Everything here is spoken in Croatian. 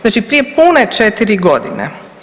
Znači prije pune 4 godine.